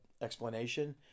explanation